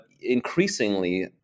increasingly